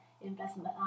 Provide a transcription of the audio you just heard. investment